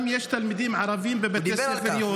יש גם תלמידים ערבים בבתי ספר יהודים.